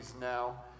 now